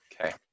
Okay